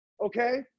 okay